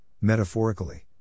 metaphorically